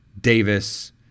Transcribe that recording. Davis